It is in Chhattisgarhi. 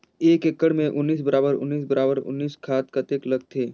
एक एकड़ मे उन्नीस बराबर उन्नीस बराबर उन्नीस खाद कतेक लगथे?